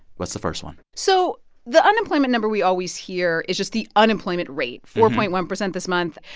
what's the first one? so the unemployment number we always hear is just the unemployment rate, four point one percent this month.